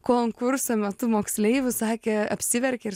konkurso metu moksleivių sakė apsiverkė ir